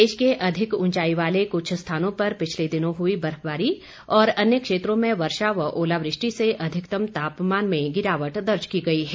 प्रदेश के अधिक ऊंचाई वाले कुछ स्थानों पर पिछले दिनों हुई बर्फबारी और अन्य क्षेत्रों में वर्षा व ओलावृष्टि से अधिकतम तापमान में गिरावट दर्ज की गई है